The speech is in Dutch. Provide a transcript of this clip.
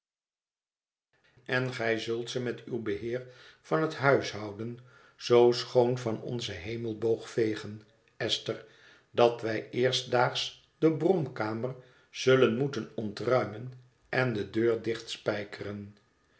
en gij zult ze met uw beheer van het huishouden zoo schoon van onzen hemelhoog vegen esther dat wij eerstdaags de bromkamer zullen moeten ontruimen en de deur